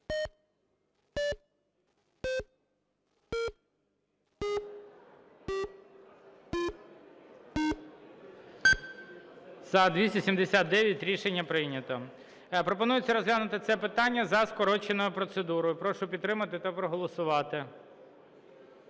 За-279 Рішення прийнято. Пропонується розглянути це питання за скороченою процедурою. Прошу підтримати та проголосувати.